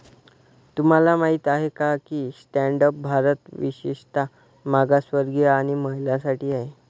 तुम्हाला माहित आहे का की स्टँड अप भारत विशेषतः मागासवर्गीय आणि महिलांसाठी आहे